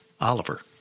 Oliver